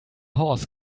horse